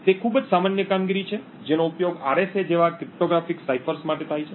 તે ખૂબ જ સામાન્ય કામગીરી છે જેનો ઉપયોગ RSA જેવા ક્રિપ્ટોગ્રાફિક સાઇફર્સ માટે થાય છે